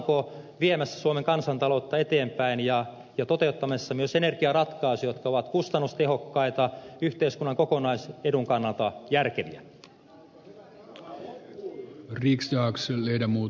ollaanko viemässä suomen kansantaloutta eteenpäin ja toteuttamassa myös energiaratkaisuja jotka ovat kustannustehokkaita ja yhteiskunnan kokonaisedun kannalta järkeviä